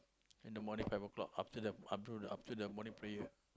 in the morning five o-clock after the after the morning prayer